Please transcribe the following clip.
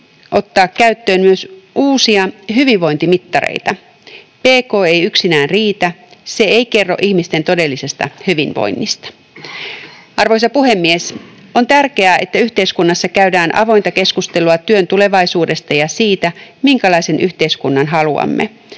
ottaa käyttöön myös uusia hyvinvointimittareita. Bkt ei yksinään riitä — se ei kerro ihmisten todellisesta hyvinvoinnista. Arvoisa puhemies! On tärkeää, että yhteiskunnassa käydään avointa keskustelua työn tulevaisuudesta ja siitä, minkälaisen yhteiskunnan haluamme.